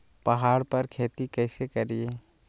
पहाड़ पर खेती कैसे करीये?